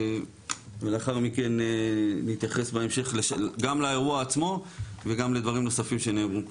ולאחר מכן נתייחס בהמשך גם לאירוע עצמו וגם לדברים נוספים שנאמרו פה.